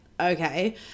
okay